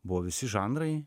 buvo visi žanrai